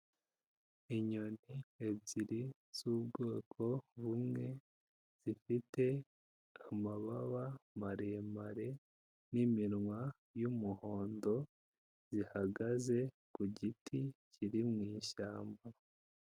Inyoni ebyiri z'ubwoko bumwe zifite amababa maremare n'iminwa y'umuhondo, zihagaze ku giti kiri mu ishyamba.